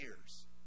years